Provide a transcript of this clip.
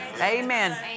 Amen